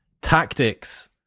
tactics